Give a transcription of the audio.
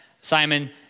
Simon